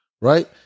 right